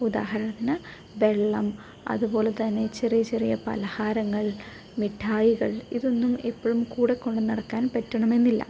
ഉദാഹരണത്തിന് വെള്ളം അതുപോലെ തന്നെ ചെറിയ ചെറിയ പലഹാരങ്ങൾ മിഠായികൾ ഇതൊന്നും എപ്പോഴും കൂടെ കൊണ്ട് നടക്കാൻ പറ്റണമെന്നില്ല